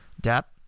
depth